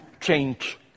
change